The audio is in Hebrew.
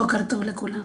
בוקר טוב לכולם.